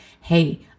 hey